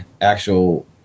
actual